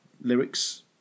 lyrics